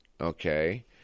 okay